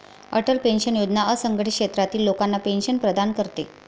Atal pension Yojana असंघटित क्षेत्रातील लोकांना पेन्शन प्रदान करते